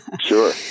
Sure